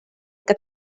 que